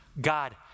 God